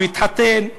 הוא התחתן,